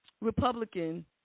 Republican